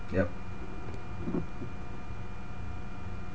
yup